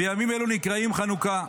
וימים אלו נקראים חנוכה.